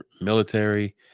military